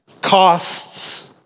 costs